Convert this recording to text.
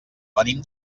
venim